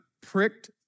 pricked